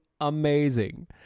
amazing